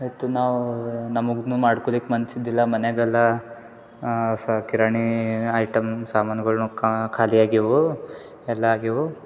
ಆಯ್ತ್ ನಾವೂ ನಮಗೂನು ಮಾಡ್ಕೋಳಿಕ್ ಮನ್ಸಿದ್ದಿಲ್ಲ ಮನೆಗೆಲ್ಲ ಸಹ ಕಿರಾಣಿ ಐಟಮ್ ಸಾಮಾನುಗಳು ಖಾಲಿಯಾಗಿವು ಎಲ್ಲ ಆಗಿವು